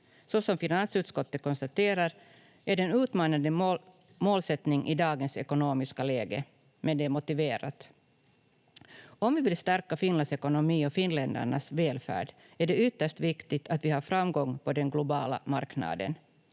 Såsom finansutskottet konstaterar är det en utmanande målsättning i dagens ekonomiska läge — men det är motiverat. Om vi vill stärka Finlands ekonomi och finländarnas välfärd är det ytterst viktigt att vi har framgång på den globala marknaden.